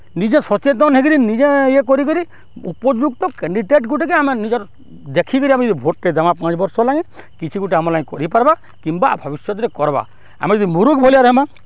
ନିଜେ ସଚେତନ୍ ହେଇକିରି ନିଜେ ଇଏ କରିକିରି ଉପଯୁକ୍ତ କେଣ୍ଡିଡେଟ୍ ଗୁଟେକେ ଆମେ ନିଜର୍ ଦେଖିକରି ଆମେ ଯଦି ଭୋଟ୍ଟେ ଦେମା ପାଞ୍ଚ୍ ବରଷ୍ ଲାଗି କିଛି ଗୁଟେ ଆମର୍ ଲାଗି କରିପାର୍ବା କିମ୍ବା ଭବିଷ୍ୟତ୍ରେ କର୍ବା ଆମେ ଯଦି ମରୁଖ୍ ଭଲିଆ ଆର୍ ହେମା